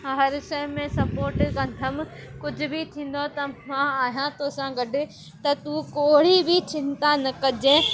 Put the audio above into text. हा हर शइ में सपोट कंदमि कुझु बि थींदो त मां आहियां तो सां गॾु त तूं कोई बि चिंता न कजे